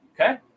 okay